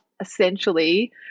essentially